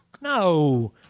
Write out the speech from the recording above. No